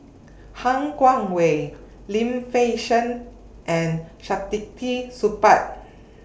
Han Guangwei Lim Fei Shen and Saktiandi Supaat